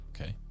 Okay